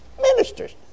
ministers